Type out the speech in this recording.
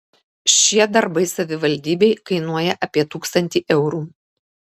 šie darbai savivaldybei kainuoja apie tūkstantį eurų